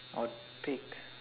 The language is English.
I would pick